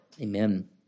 Amen